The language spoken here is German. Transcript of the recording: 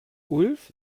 ulf